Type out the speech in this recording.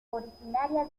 originaria